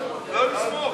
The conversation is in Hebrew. לסעיף 40,